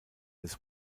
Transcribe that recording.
des